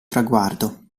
traguardo